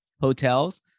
hotels